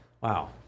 Wow